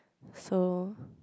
so